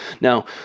Now